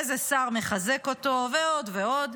איזה שר מחזק אותו ועוד ועוד.